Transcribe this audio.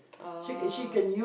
oh